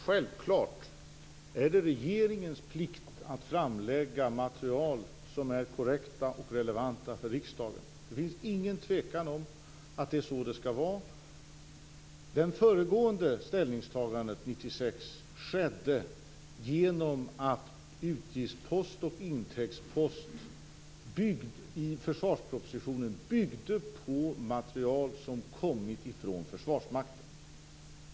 Fru talman! Självklart är det regeringens plikt att framlägga material som är korrekt och relevant för riksdagen. Det finns ingen tvekan om att det är så det skall vara. Det föregående ställningstagandet i försvarspropositionen 1996 skedde genom att utgiftspost och intäktspost byggde på material som kommit från Försvarsmakten.